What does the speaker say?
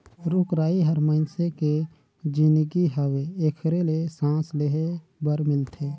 रुख राई हर मइनसे के जीनगी हवे एखरे ले सांस लेहे बर मिलथे